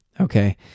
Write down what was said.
okay